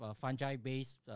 fungi-based